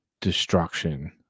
destruction